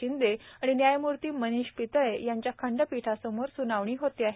शिंदे आणि न्यायमूर्ती मनिष पितळे यांच्या खंडपीठासमोर सुनावणी होत आहे